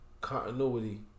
continuity